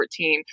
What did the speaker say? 2014